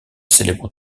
célèbre